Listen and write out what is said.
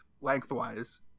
lengthwise